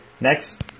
Next